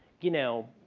you know,